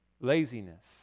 laziness